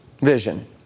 vision